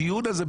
הדיון הזה,